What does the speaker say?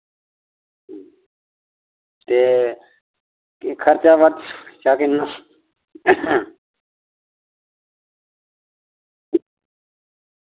ते खर्चा किन्ना